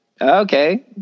Okay